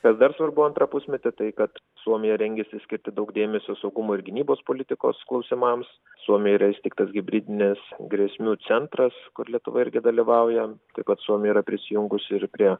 kas dar svarbu antrą pusmetį tai kad suomija rengiasi skirti daug dėmesio saugumo ir gynybos politikos klausimams suomijoje yra įsteigtas hibridinis grėsmių centras kur lietuva irgi dalyvauja taip pat suomija yra prisijungus ir prie